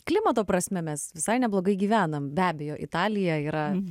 klimato prasme mes visai neblogai gyvenam be abejo italija yra